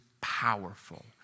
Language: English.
powerful